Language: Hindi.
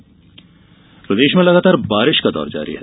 बारिश प्रदेश में लगातार बारिश का दौर जारी है